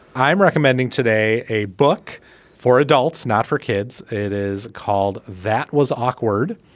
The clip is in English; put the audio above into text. i'm recommending today a book for adults, not for kids. it is called. that was awkward.